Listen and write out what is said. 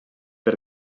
per